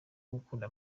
gukunda